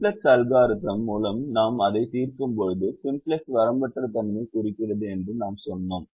simplex algorithm மூலம் நாம் அதைத் தீர்க்கும்போது சிம்ப்ளக்ஸ் வரம்பற்ற தன்மையைக் குறிக்கிறது என்றும் நாம் சொன்னோம்